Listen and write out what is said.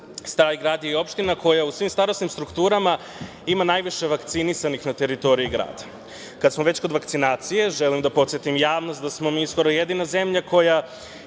Stari Grad je opština koja u svim starosnim strukturama ima najviše vakcinisanih na teritoriji grada. Kada smo već kod vakcinacije želim da podsetim javnost da smo mi skoro jedina zemlja koja